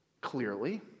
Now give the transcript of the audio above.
clearly